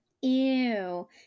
Ew